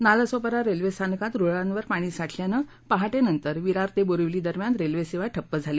Nalasopara railway स्थानकात रुळांवर पाणी साठल्यानं पहाटेनंतर विरार ते बोरिवली दरम्यान रेल्वे सेवा ठप्प झाली